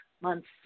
months